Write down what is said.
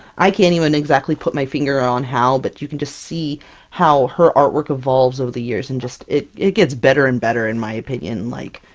i can't even exactly put my finger on how, but you can just see how her artwork evolves over the years, and just it it gets better and better, in my opinion! like,